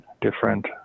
different